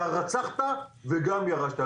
זה הרצחת וגם ירשת.